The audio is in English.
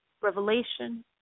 revelation